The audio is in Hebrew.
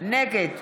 נגד